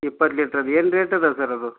ಇಪ್ಪತ್ತು ಲೀಟ್ರದ್ದು ಏನು ರೇಟ್ ಇದಾವೆ ಸರ್ ಅದು